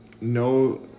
no